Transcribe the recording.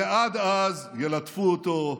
עד אז ילטפו אותו,